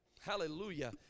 Hallelujah